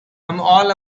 all